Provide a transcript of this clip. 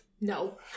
no